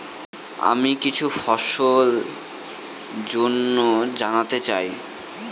আমি কিছু ফসল জন্য জানতে চাই